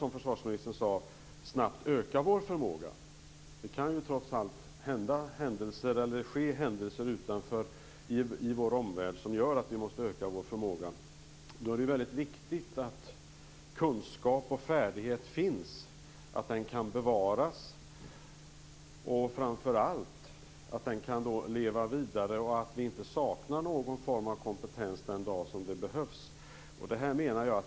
Som försvarsministern sade kan vi snabbt behöva öka vår förmåga - det kan ju trots allt ske saker i vår omvärld som gör att vi måste öka vår förmåga. Det är därför väldigt viktigt att det finns kunskap och färdighet, att den kan bevaras och att den framför allt kan leva vidare, så att vi inte saknar någon form av kompetens den dag det behövs.